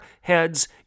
heads